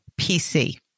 PC